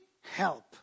help